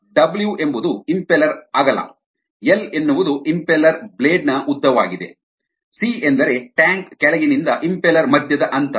W ಎಂಬುದು impeller ಅಗಲ L ಎನ್ನುವುದು ಇಂಪೆಲ್ಲೆರ್ ಬ್ಲೇಡ್ ನ ಉದ್ದವಾಗಿದೆ ಸಿ ಎಂದರೆ ಟ್ಯಾಂಕ್ ಕೆಳಗಿನಿಂದ ಇಂಪೆಲ್ಲೆರ್ ಮಧ್ಯದ ಅಂತರ